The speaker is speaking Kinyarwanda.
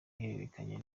ihererekanya